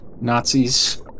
Nazis